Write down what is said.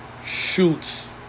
shoots